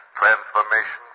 transformation